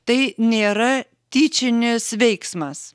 tai nėra tyčinis veiksmas